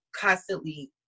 constantly